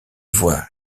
voit